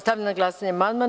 Stavljam na glasanje amandman.